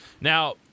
Now